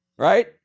Right